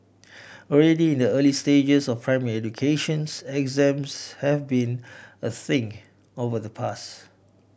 already in the early stages of primary educations exams have been a thing of the past